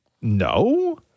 No